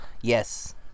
Yes